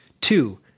two